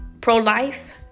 pro-life